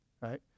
right